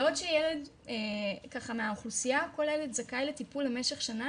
בעוד שילד מהאוכלוסייה הכוללת זכאי לטיפול למשך שנה,